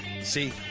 See